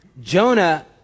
Jonah